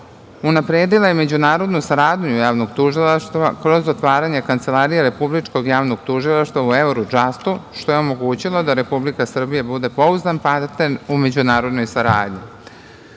Unapredila je međunarodnu saradnju Javnog tužilaštva kroz otvaranje Kancelarije Republičkog javnog tužilaštva u Eurodžastu, što je omogućilo da Republika Srbija bude pouzdan partner u međunarodnoj saradnji. Pod